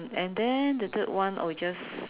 and then the third one I would just